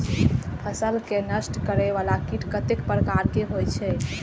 फसल के नष्ट करें वाला कीट कतेक प्रकार के होई छै?